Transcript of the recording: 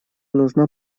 нужна